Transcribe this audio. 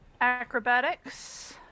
Acrobatics